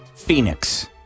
Phoenix